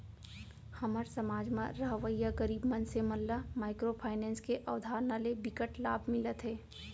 हमर समाज म रहवइया गरीब मनसे मन ल माइक्रो फाइनेंस के अवधारना ले बिकट लाभ मिलत हे